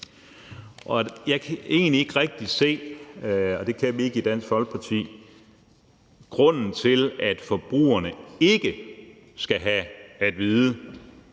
Jeg kan egentlig ikke rigtig se – og det kan vi ikke i Dansk Folkeparti – grunden til, at forbrugerne ikke skal have at vide,